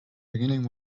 beginning